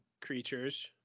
creatures